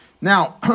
Now